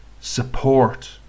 support